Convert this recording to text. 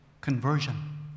conversion